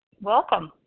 welcome